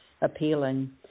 appealing